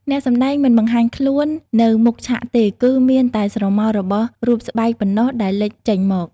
អ្នកសម្ដែងមិនបង្ហាញខ្លួននៅមុខឆាកទេ គឺមានតែស្រមោលរបស់រូបស្បែកប៉ុណ្ណោះដែលលេចចេញមក។